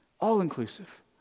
All-inclusive